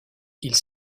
ils